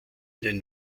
den